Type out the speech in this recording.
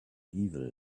evil